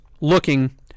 looking